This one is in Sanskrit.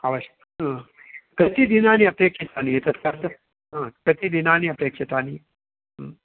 अवश्यं कति दिनानि अपेक्षितानि एतद् कर्तुं ह कति दिनानि अपेक्षितानि ह्म्